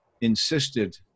insisted